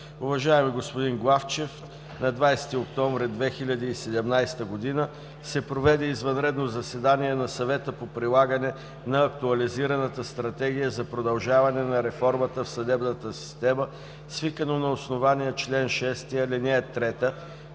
„Уважаеми господин Главчев, На 20 октомври 2017 г. се проведе извънредно заседание на Съвета по прилагане на Актуализираната стратегия за продължаване на реформата в съдебната система, свикано на основание чл. 6, ал. 3